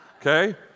okay